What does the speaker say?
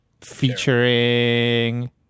featuring